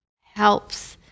helps